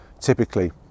typically